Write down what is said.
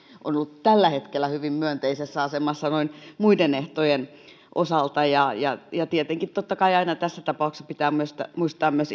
on ollut tällä hetkellä hyvin myönteisessä asemassa noin muiden ehtojen osalta tietenkin totta kai aina tässä tapauksessa pitää muistaa myös